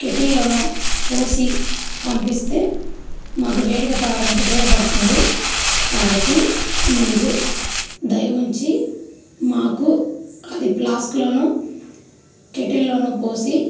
కెటిల్లోనో పోసి పంపిస్తే మాకు వేడిగా తాగడానికి ఉపయోగపడుతుంది కాబట్టి మీరు దయ ఉంచి మాకు అది ప్లాస్క్లోనో కెటిల్లోనో పోసి